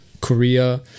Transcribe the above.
Korea